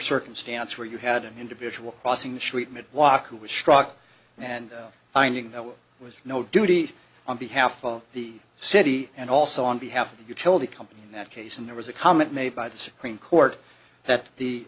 circumstance where you had an individual crossing the street mid walk who was struck and i knew that it was no duty on behalf of the city and also on behalf of the utility company in that case and there was a comment made by the supreme court that the